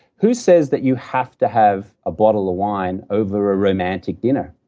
who says that you have to have a bottle of wine over a romantic dinner?